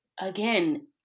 Again